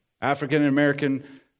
African-American